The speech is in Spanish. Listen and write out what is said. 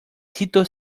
sitio